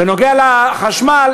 בנוגע לחשמל,